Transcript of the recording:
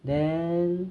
then